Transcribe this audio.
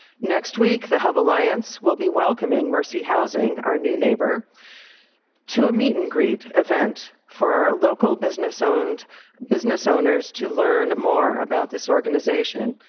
next week the hub alliance will be welcoming mercy housing, our new neighbor to a meet and greet event for our local business owned business owners to learn more about this organization.